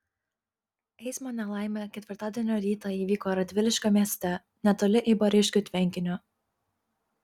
eismo nelaimė ketvirtadienio rytą įvyko radviliškio mieste netoli eibariškių tvenkinio